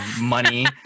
money